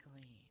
clean